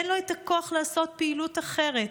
אין לנו הכוח לעשות פעילות אחרת.